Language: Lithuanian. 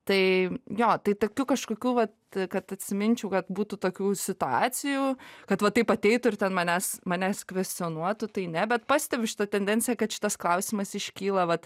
tai jo tai tokių kažkokių vat kad atsiminčiau kad būtų tokių situacijų kad va taip ateitų ir ten manęs manęs kvestionuotų tai ne bet pastebiu šitą tendenciją kad šitas klausimas iškyla vat